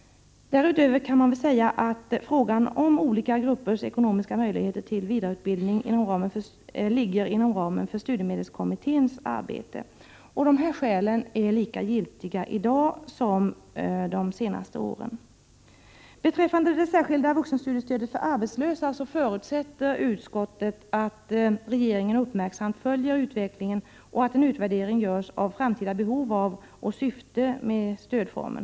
Frågan om olika gruppers ekonomiska möjligheter till vidareutbildning ligger inom ramen för studiemedelskommitténs arbete. De skälen är lika giltiga i dag som de har varit under de senaste åren. Beträffande det särskilda vuxenstudiestödet för arbetslösa förutsätter utskottet att regeringen uppmärksamt följer utvecklingen och att en utvärdering görs av framtida behov av och syfte med stödformen.